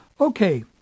Okay